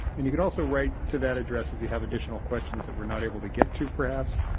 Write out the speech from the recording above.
and you can also write to that address if you have additional questions that we're not able to get to perhaps,